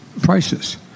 prices